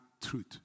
truth